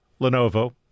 Lenovo